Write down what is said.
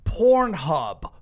Pornhub